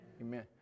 Amen